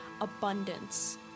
abundance